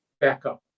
backup